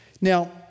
Now